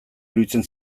iruditzen